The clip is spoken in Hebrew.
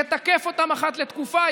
ייתקף אותן אחת לתקופה,